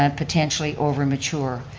ah potentially over mature.